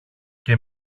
και